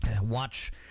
watch